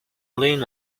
lean